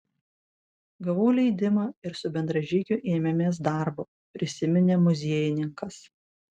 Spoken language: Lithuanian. gavau leidimą ir su bendražygiu ėmėmės darbo prisiminė muziejininkas